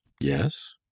Yes